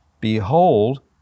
Behold